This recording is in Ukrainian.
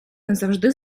назавжди